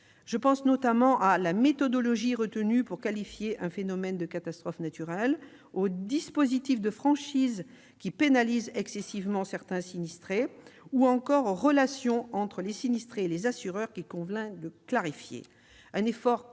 Je pense notamment à la méthodologie retenue pour qualifier un phénomène de catastrophe naturelle, aux dispositifs de franchise, qui pénalisent excessivement certains sinistrés, ou encore aux relations entre les assurés et les assureurs, qu'il convient de clarifier. Un effort global de